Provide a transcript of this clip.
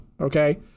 Okay